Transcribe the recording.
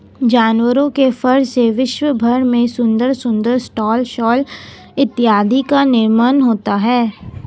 जानवरों के फर से विश्व भर में सुंदर सुंदर स्टॉल शॉल इत्यादि का निर्माण होता है